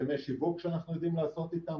הסכמי שיווק שאנחנו יודעים לעשות איתם,